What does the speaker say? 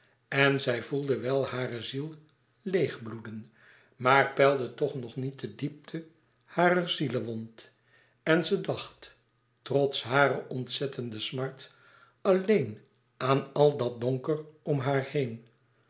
en zij voelde wel hare ziel leêgbloeden maar peilde toch nog niet de diepte harer zielewond en ze dacht trots hare ontzettende smart alléen aan al dat donker om haar heen